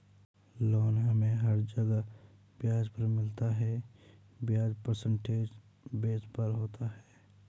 loan हमे हर जगह ब्याज पर मिलता है ब्याज परसेंटेज बेस पर होता है